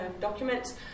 documents